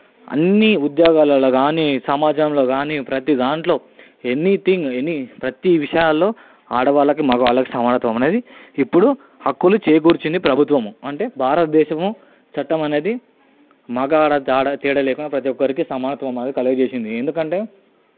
అన్ని ఉద్యోగాలలో కానీ సమాజంలో కానీ ప్రతి దాంట్లో ఎనీథింగ్ ఎనీ ప్రతి విషయాల్లో ఆడవాళ్ళకి మగ వాళ్లకు సమానత్వం అనేది ఇప్పుడు హక్కులు చేకూర్చింది ప్రభుత్వం అంటే భారతదేశము చట్టం అనేది మగ ఆడ తేడా లేకుండా ప్రతి ఒక్కరికి సమానత్వం కలుగజేసింది ఎందుకంటే